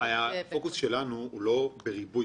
הפוקוס שלנו הוא לא בריבוי.